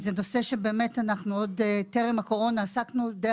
זה נושא שאנחנו עוד טרם הקורונה עסקנו די